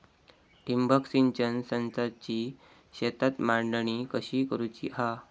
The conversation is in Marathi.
ठिबक सिंचन संचाची शेतात मांडणी कशी करुची हा?